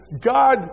God